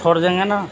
چھوڑ دیں گے نا